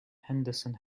henderson